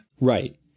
Right